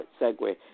segue